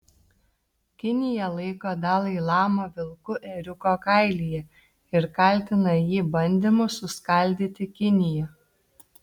kinija laiko dalai lamą vilku ėriuko kailyje ir kaltina jį bandymu suskaldyti kiniją